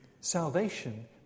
Salvation